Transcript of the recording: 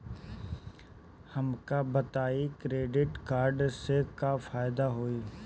हमका बताई credit card से का फायदा होई?